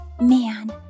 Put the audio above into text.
Man